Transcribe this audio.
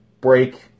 break